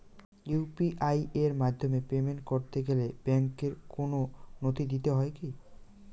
UPI এর মাধ্যমে payment করতে গেলে ব্যাংকের কোন নথি দিতে হয় কি?